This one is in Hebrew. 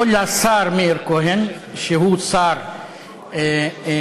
לא לשר מאיר כהן, שהוא שר מצוין,